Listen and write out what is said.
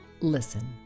listen